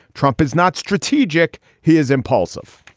trump is not strategic. he is impulsive.